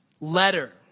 letter